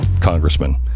congressman